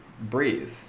breathe